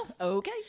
okay